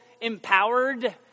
empowered